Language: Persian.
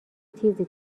تیزی